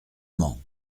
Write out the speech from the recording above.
mans